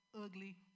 ugly